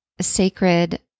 sacred